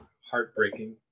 heartbreaking